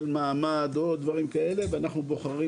שעומד אוטוטו לקבל מעמד ואנחנו בוחרים